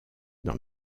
dans